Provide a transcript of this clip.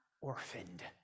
orphaned